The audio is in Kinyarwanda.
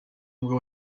n’ubwo